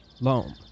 Loam